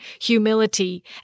humility